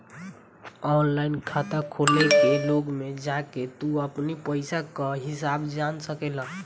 online खाता खोल के लोन में जाके तू अपनी पईसा कअ हिसाब जान सकेला